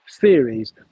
theories